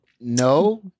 no